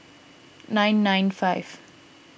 nine nine five